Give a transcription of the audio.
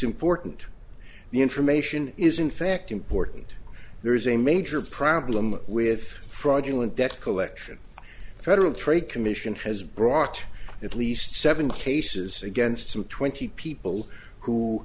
important the information is in fact important there is a major problem with fraudulent debt collection the federal trade commission has brought at least seven cases against some twenty people who